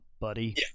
buddy